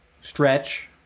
stretch